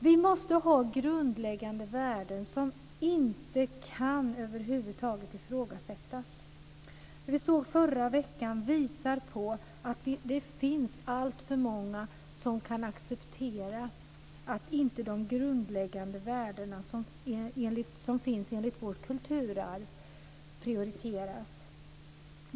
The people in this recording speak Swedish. Vi måste ha grundläggande värden som över huvud taget inte kan ifrågasättas. Det som vi såg förra veckan visar att det finns alltför många som kan acceptera att inte de grundläggande värden som finns enligt vårt kulturarv prioriteras.